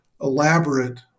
elaborate